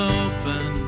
open